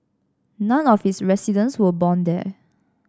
none of its residents were born there